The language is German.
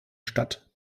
stadt